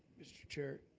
mr. chair,